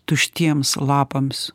tuštiems lapams